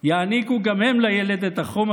יעניקו גם הם לילד את החום,